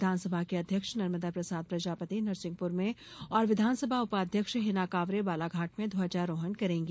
विधानसभा के अध्यक्ष नर्मदा प्रसाद प्रजापति नरसिंहपुर में और विधानसभा उपाध्यक्ष हिना काँवरे बालाघाट में ध्वजारोहण करेंगी